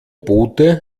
bote